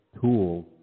tools